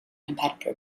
competitor